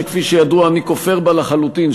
שכפי שידוע אני כופר בה לחלוטין,